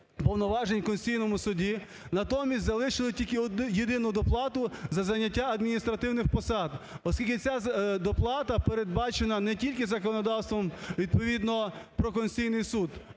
повноважень в Конституційному Суді. Натомість залишили тільки єдину доплату за зайняття адміністративних посад. Оскільки ця доплата передбачена не тільки законодавством відповідно про Конституційний Суд,